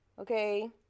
Okay